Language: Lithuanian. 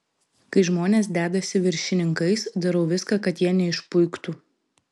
kai žmonės dedasi viršininkais darau viską kad jie neišpuiktų